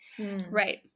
Right